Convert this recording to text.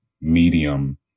medium